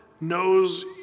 knows